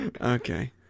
Okay